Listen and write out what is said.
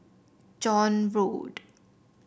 John Road